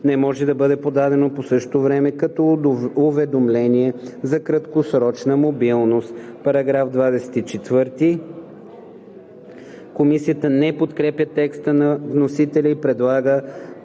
не може да бъде подадено по същото време като уведомление за краткосрочна мобилност.“ Комисията не подкрепя текста на вносителя и предлага